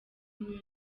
new